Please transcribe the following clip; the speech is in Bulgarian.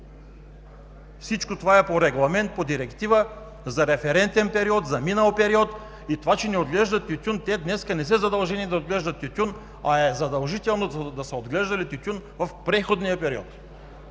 Всичко това е по регламент, по директива, за референтен период, за минал период. Това че не отглеждат тютюн днес, те не са задължени да отглеждат тютюн, а е задължително да са отглеждали тютюн в преходния период.